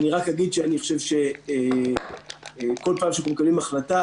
אני רק אגיד שאני חושב שכל פעם שאנחנו מקבלים החלטה,